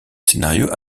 scénario